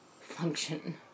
function